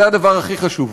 זה הדבר הכי חשוב.